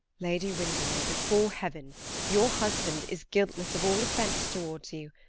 lady windermere, before heaven your husband is guiltless of all offence towards you!